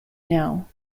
now